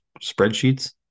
spreadsheets